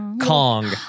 Kong